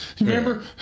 remember